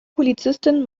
polizistin